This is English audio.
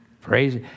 Praise